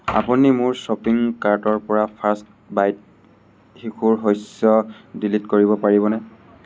আপুনি মোৰ শ্বপিং কাৰ্টৰপৰা ফাৰ্ষ্ট বাইট শিশুৰ শস্য ডিলিট কৰিব পাৰিবনে